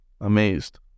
Amazed